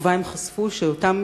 ובה הם חשפו שאותם